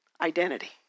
Identity